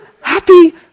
happy